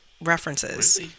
references